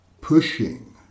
pushing